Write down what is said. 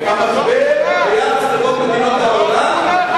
עם המשבר ביחס לכל מדינות העולם,